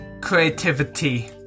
creativity